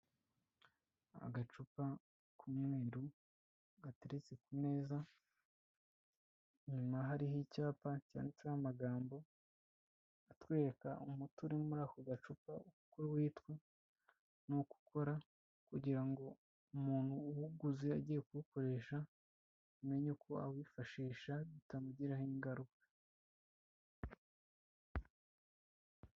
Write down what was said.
Agacupa k'umweru gateretse ku meza nyuma hariho icyapa cyanditseho amagambo atwereka umuti uri muri ako gacupa uko witwa nuko ukora. Kugira ngo umuntu uwuguze agiye kuwukoresha amenye ko awifashisha bitamugiraho ingaruka.